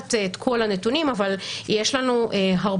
מדווחת את כל הנתונים אבל יש לנו הרבה